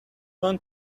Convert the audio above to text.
one